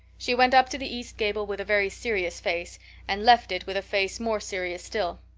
she went up to the east gable with a very serious face and left it with a face more serious still.